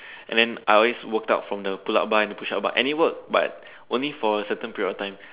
and then I always worked out from the pull up bar and the push up but any work but only for certain period of time